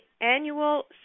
annual